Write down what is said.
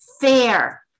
fair